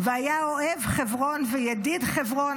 והיה אוהב חברון וידיד חברון,